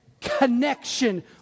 connection